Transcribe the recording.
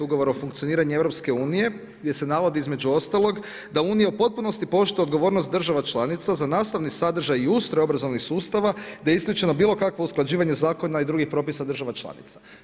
Ugovora o funkcioniranju EU gdje se navodi između ostalog da Unija u potpunosti poštuje odgovornost država članica za nastavni sadržaj i ustroj obrazovnih sustava, da je isključeno bilo kakvo usklađivanje zakona i drugih propisa država članica.